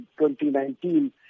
2019